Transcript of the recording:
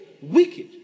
Wicked